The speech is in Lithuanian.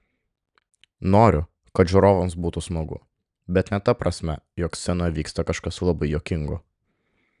noriu kad žiūrovams būtų smagu bet ne ta prasme jog scenoje vyksta kažkas labai juokingo